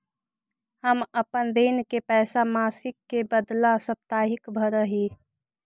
हम अपन ऋण के पैसा मासिक के बदला साप्ताहिक भरअ ही